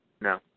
No